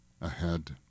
ahead